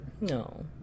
No